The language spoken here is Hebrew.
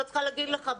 אני לא צריכה להגיד לך,